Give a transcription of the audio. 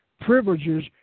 privileges